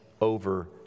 over